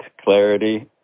clarity